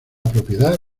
propiedad